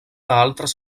altres